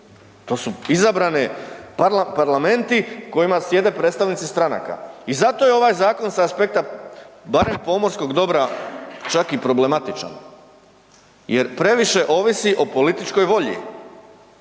To su izabrane parlamenti u kojima sjede predsjednici stranaka. I zato je ovaj zakon sa aspekta barem pomorskog dobra čak i problematičan jer previše ovisi o političkoj volji